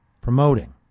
promoting